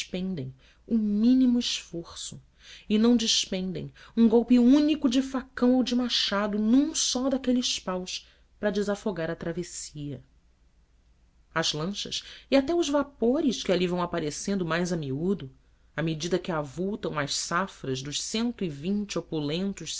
despendem o mínimo esforço e não despedem um golpe único de facão ou de machado num só daqueles paus para desafogar a travessia as lanchas e até os vapores que ali vão aparecendo mais a miúdo à medida que avultam as safras dos cento e vinte